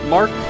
Mark